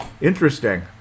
Interesting